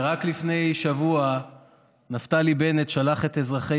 שרק לפני שבוע נפתלי בנט שלח את אזרחי